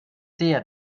sehr